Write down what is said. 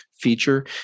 feature